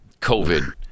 COVID